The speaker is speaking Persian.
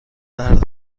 درد